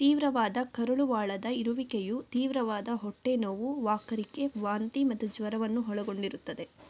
ತೀವ್ರವಾದ ಕರುಳುವಾಳದ ಇರುವಿಕೆಯು ತೀವ್ರವಾದ ಹೊಟ್ಟೆ ನೋವು ವಾಕರಿಕೆ ವಾಂತಿ ಮತ್ತು ಜ್ವರವನ್ನು ಒಳಗೊಂಡಿರುತ್ತದೆ